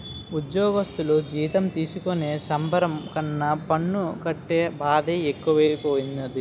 ఉజ్జోగస్థులు జీతం తీసుకునే సంబరం కన్నా పన్ను కట్టే బాదే ఎక్కువైపోనాది